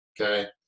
okay